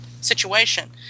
situation